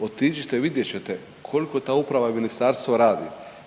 Otiđite, vidjet ćete koliko ta Uprava i Ministarstvo radi.